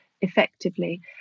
effectively